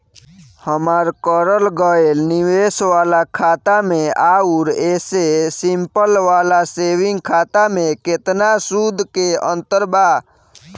हमार करल गएल निवेश वाला खाता मे आउर ऐसे सिंपल वाला सेविंग खाता मे केतना सूद के अंतर बा?